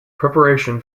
preparation